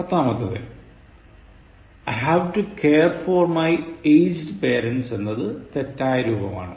പത്താമാത്തെതിൽ I have to care for my aged parents എന്നത് തെറ്റായ രൂപമാണ്